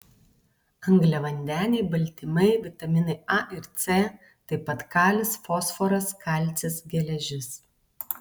angliavandeniai baltymai vitaminai a ir c taip pat kalis fosforas kalcis geležis